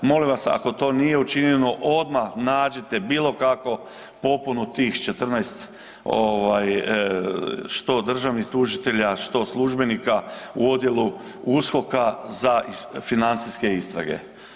Molim vas ako to nije učinjeno odmah nađite bilo kako popunu tih 14 što državnih tužitelja, što službenika u Odjelu USKOK-a za financijske istrage.